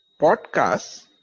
podcasts